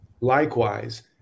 Likewise